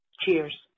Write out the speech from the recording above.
Cheers